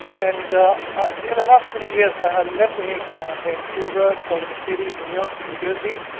and during the last twenty years, i have lived in vancouver, salt lake city, new york and new jersey,